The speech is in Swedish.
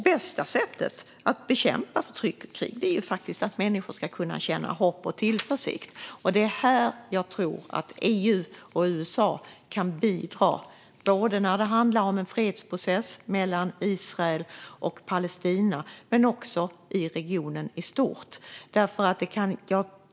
Bästa sättet att bekämpa förtryck och krig är att människor kan känna hopp och tillförsikt, och det är här jag tror att EU och USA kan bidra när det handlar om en fredsprocess mellan Israel och Palestina men också i regionen i stort.